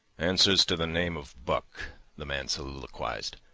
answers to the name of buck the man soliloquized,